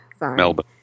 Melbourne